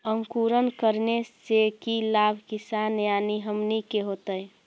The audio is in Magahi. अंकुरण करने से की लाभ किसान यानी हमनि के होतय?